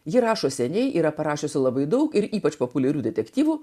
ji rašo seniai yra parašiusi labai daug ir ypač populiarių detektyvų